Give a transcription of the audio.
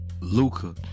Luca